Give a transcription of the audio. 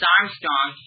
Armstrong